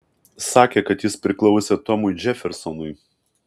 sakė kad jis priklausė tomui džefersonui